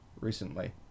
recently